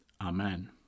Amen